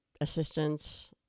assistance